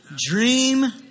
dream